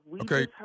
Okay